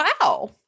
wow